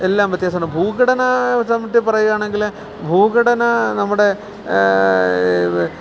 എല്ലാം വ്യത്യാസമുണ്ട് ഭൂഘടന സംബന്ധിച്ച് പറയുകയാണെങ്കില് ഭൂഘടന നമ്മുടെ